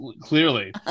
clearly